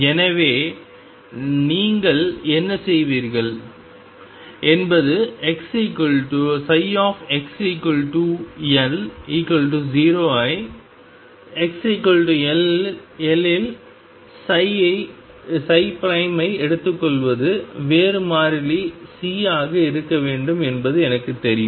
எனவே நீங்கள் என்ன செய்வீர்கள் என்பது xL0 ஐ xL இல் எடுத்துக்கொள்வது வேறு மாறிலி C ஆக இருக்க வேண்டும் என்பது எனக்குத் தெரியும்